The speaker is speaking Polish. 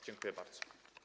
Dziękuję bardzo.